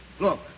Look